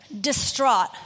distraught